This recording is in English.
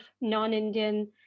non-Indian